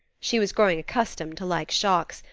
she was growing accustomed to like shocks,